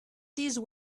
these